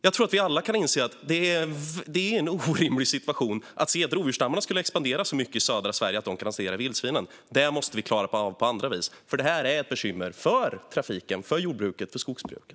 Jag tror att vi alla kan inse att det är en orimlig situation att tro att rovdjursstammarna skulle expandera så mycket i södra Sverige att de kan hantera vildsvinen. Det måste vi klara av på andra sätt. Detta är nämligen ett bekymmer för trafiken, för jordbruket och för skogsbruket.